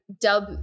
dub